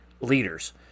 leaders